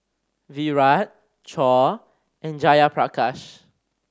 Virat Choor and Jayaprakash